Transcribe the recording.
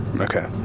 Okay